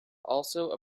also